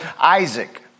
Isaac